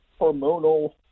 hormonal